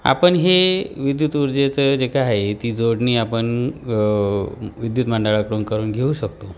आपण हे विद्युत ऊर्जेचं जे काय आहे ती जोडणी आपण विद्युत मंडळाकडून करून घेऊ शकतो